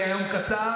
אני היום קצר,